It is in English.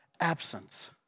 absence